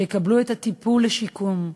שיקבלו את הטיפול והשיקום,